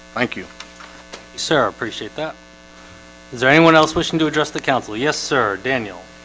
thank you sir, appreciate that. is there anyone else wishing to address the council? yes, sir, daniel